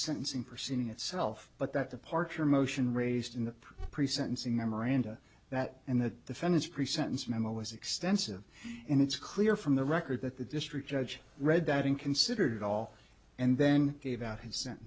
sentencing proceeding itself but that departure motion raised in the pre sentencing memoranda that and that the fence pre sentence memo was extensive and it's clear from the record that the district judge read that in considered all and then gave out and sent